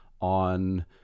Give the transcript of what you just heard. on